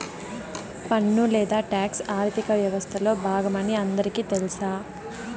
పన్ను లేదా టాక్స్ ఆర్థిక వ్యవస్తలో బాగమని అందరికీ తెల్స